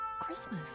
Christmas